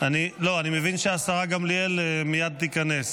אני מבין שהשרה עוד מעט תיכנס.